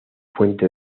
fuente